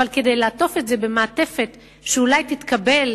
אבל כדי לעטוף את זה במעטפת שאולי תתקבל